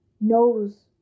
Knows